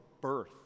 birth